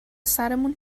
سرمون